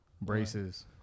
Braces